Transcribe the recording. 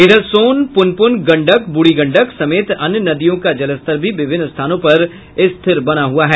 इधर सोन पुनपुन गंडक बूढ़ी गंडक समेत अन्य नदियों का जलस्तर भी विभिन्न स्थानों पर स्थिर बना हुआ है